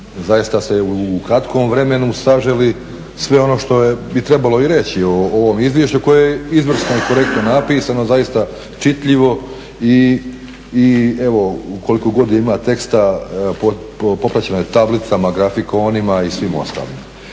zaista ste u kratkom vremenu saželi sve ono što bi trebalo i reći o ovom izvješću koje je izvrsno i korektno napisano, zaista čitljivo i evo koliko god ima teksta popraćeno je tablicama, grafikonima i svim ostalim.